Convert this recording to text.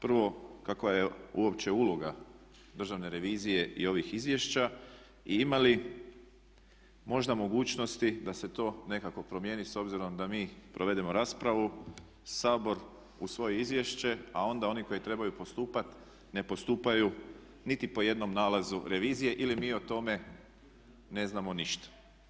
Prvo, kakva je uopće uloga državne revizije i ovih izvješća i ima li možda mogućnosti da se to nekako promijeni s obzirom da mi provedemo raspravu Sabor u svoje izvješće a onda oni koji trebaju postupati ne postupaju niti po jednom nalazu revizije ili mi o tome ne znamo ništa.